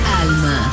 Alma